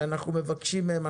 שאנחנו מבקשים מהם.